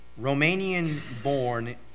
Romanian-born